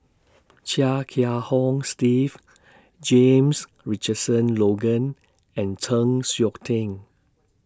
Chia Kiah Hong Steve James Richardson Logan and Chng Seok Tin